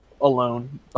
alone